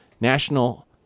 National